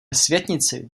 světnici